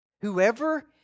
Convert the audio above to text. Whoever